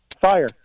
fire